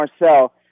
Marcel